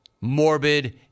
morbid